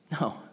No